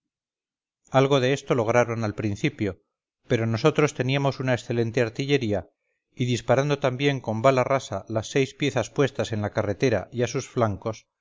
algo de esto lograron al principio pero nosotros teníamos una excelente artillería y disparando también con bala rasa las seis piezas puestas en la carretera y a sus flancos